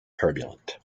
turbulent